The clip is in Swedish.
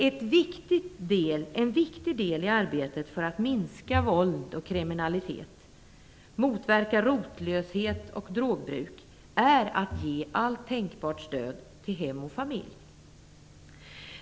En viktig del i arbetet för att minska våld och kriminalitet och motverka rotlöshet och drogbruk är att ge allt tänkbart stöd till hem och familjer.